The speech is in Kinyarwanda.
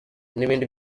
n’ibindi